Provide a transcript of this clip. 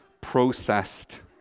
processed